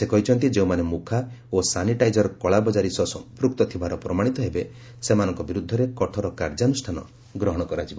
ସେ କହିଛନ୍ତି ଯେଉଁମାନେ ମୁଖା ଓ ସାନିଟାଇଜର୍ କଳାବଜାରୀ ସହ ସମ୍ପୁକ୍ତ ଥିବାର ପ୍ରମାଣିତ ହେବେ ସେମାନଙ୍କ ବିରୁଦ୍ଧରେ କଠୋର କାର୍ଯ୍ୟାନୁଷ୍ଠାନ ଗ୍ରହଣ କରାଯିବ